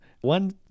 One